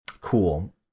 cool